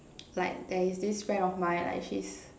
like there is this friend of mine like she's